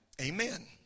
Amen